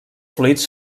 fluids